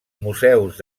museus